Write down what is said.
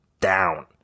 down